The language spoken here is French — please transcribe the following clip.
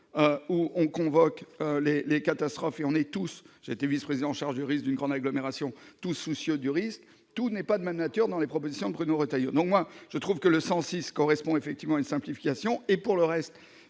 où on convoque les les catastrophes et on est tous j'étais vice-président en charge du risque d'une grande agglomération tout soucieux du risque, tout n'est pas de même nature dans les propositions, Bruno Retailleau, non, moi je trouve que le 106 correspond effectivement une simplification et pour le reste,